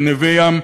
בנווה-ים,